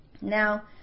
Now